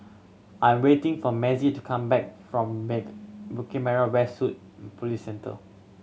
I am waiting for Mazie to come back from Bukit Merah West Police Centre